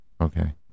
Okay